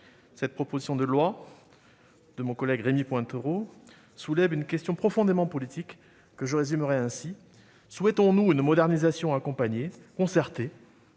cette proposition de loi de mon collègue Rémy Pointereau soulève une question profondément politique, que je résumerai ainsi : souhaitons-nous une modernisation accompagnée, concertée,